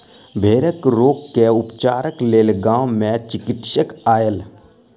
भेड़क रोग के उपचारक लेल गाम मे चिकित्सक आयल